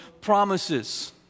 promises